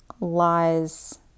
lies